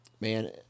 man